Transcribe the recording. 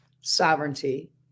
sovereignty